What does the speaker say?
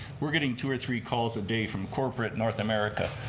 we're getting two or three calls a day from corporate north america.